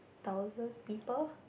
thousand people